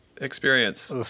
experience